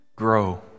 grow